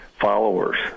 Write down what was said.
followers